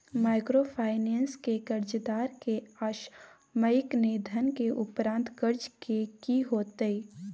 Microfinance के कर्जदार के असामयिक निधन के उपरांत कर्ज के की होतै?